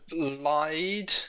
lied